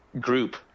group